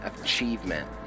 achievement